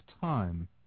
time